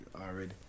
already